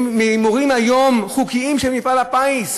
מהימורים חוקיים, של מפעל הפיס,